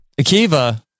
Akiva